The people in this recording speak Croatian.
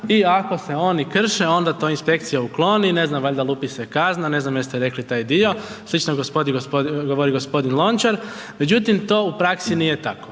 i ako se oni krše, onda inspekcija to ukloni, ne znam, valjda lupi se kazna, ne znam jeste rekli taj dio, slično govori g. Lončar, međutim, to u praksi nije tako.